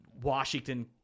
washington